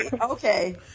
okay